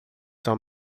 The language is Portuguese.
são